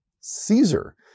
Caesar